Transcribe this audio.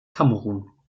kamerun